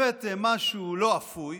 הבאתם משהו לא אפוי,